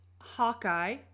Hawkeye